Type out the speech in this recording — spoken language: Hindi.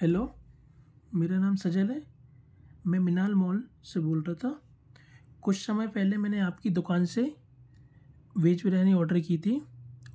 हेलो मेरा नाम सजल है मैं मिनाल मॉल से बोल रहा था कुछ समय पहले मैंने आप की दुकान से वेज बिरयानी ऑडर की थी